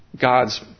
God's